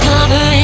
Cover